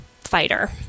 fighter